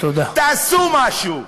תעשו משהו.